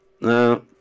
No